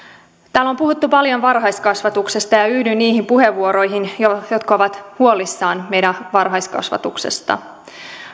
täällä on puhuttu paljon varhaiskasvatuksesta ja ja yhdyn niihin puheenvuoroihin jotka ovat huolissaan meidän varhaiskasvatuksesta